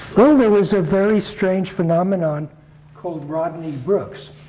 well, there was a very strange phenomenon called rodney brooks,